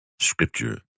Scripture